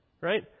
right